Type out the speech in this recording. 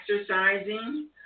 exercising